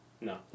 No